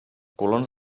colons